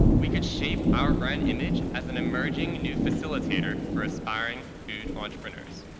we could shape our brand image as an emerging new facilitator for aspiring food entrepreneurs.